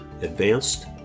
Advanced